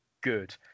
good